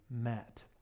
met